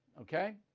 Okay